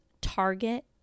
Target